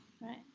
right